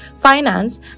Finance